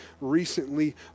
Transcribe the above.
recently